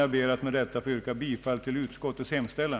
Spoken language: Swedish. Jag ber att få yrka bifall till utskottets hemställan.